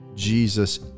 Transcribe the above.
Jesus